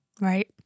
Right